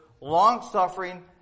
long-suffering